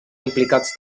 implicats